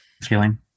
feeling